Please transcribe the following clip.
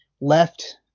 left